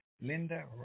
Linda